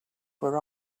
were